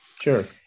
Sure